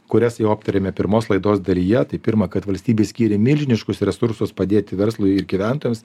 kurias jau aptarėme pirmos laidos dalyje tai pirma kad valstybė skyrė milžiniškus resursus padėti verslui ir gyventojams